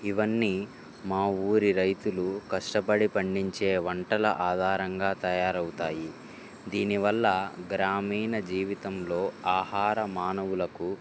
ఇవన్నీ మా ఊరి రైతులు కష్టపడి పండించే వంటల ఆధారంగా తయారు అవుతాయి దీనివల్ల గ్రామీణ జీవితంలో ఆహారం మానవులకు